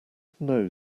snow